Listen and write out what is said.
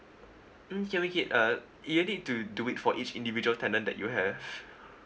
mm can we create uh you need to do it for each individual tenant that you have